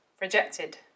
rejected